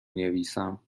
نویسم